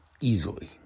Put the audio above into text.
easily